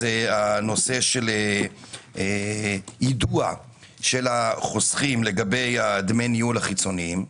זה הנושא של יידוע של החוסכים לגבי דמי הניהול החיצוניים,